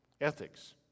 Ethics